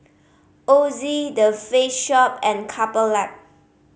Ozi The Face Shop and Couple Lab